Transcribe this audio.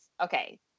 Okay